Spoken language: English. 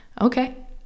Okay